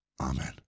Amen